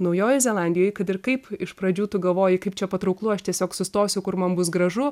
naujojoj zelandijoj kad ir kaip iš pradžių tu galvoji kaip čia patrauklu aš tiesiog sustosiu kur man bus gražu